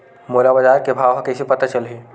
मोला बजार के भाव ह कइसे पता चलही?